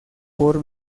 por